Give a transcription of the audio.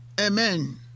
Amen